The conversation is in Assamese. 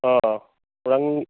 অঁ ওৰাং